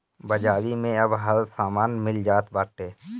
बाजारी में अब हर समान मिल जात बाटे